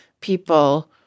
people